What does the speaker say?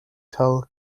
tel